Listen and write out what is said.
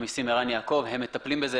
בעצמך, הם מטפלים בזה.